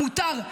מותר.